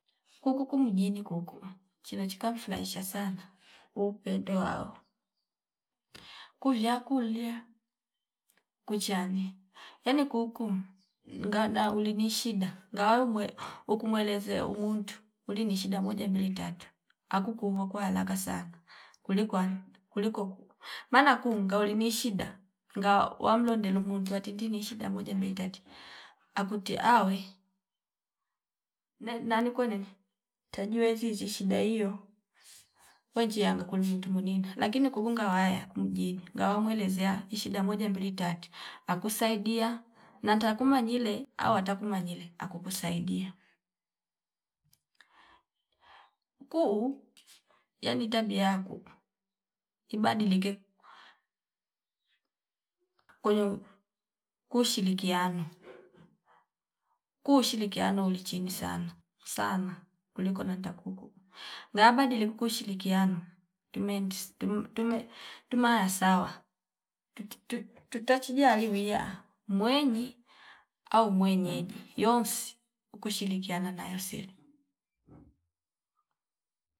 Kuku mjini kukuu chino chika mfurahisha sana upende wao kuvya kulia kuchani yani kuukum ngada ulini shida ngaumwe uku mweleze umuntu uli ni shida moja mbili tatu akuku vuo kwa haraka sana kuliku wand kuliko kuu maana kuunga uli ni shida nga wamlonde elungu ndiwa tindi ni shida moja mbii tati akutie awe ne nani kwenende tajue izishi shishi shida iyo wanji anga kwali ni mtuninda lakini kugunga waya ku mjini ngawa muelezea ishida moja mbili tatu akusaidia nanta kumanyile awanta kumanyile akuku saidia. Nkuu yani tabia yaku ibadilike kweyo kushirikiano, kuu shirikiano ulichimi sana sana kuliko nanta kuuko ngaa badiliku kuushirikiano tumendi tuma yasawa tu- tu- tutachilia yali wiya mwenyi au mwenyeji yoosi kuku shirikiana nayosiri.